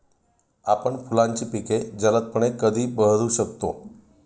आपण फुलांची पिके जलदपणे कधी बहरू शकतो?